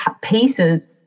pieces